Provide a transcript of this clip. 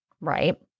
Right